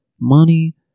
money